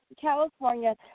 California